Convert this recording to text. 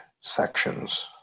sections